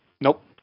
Nope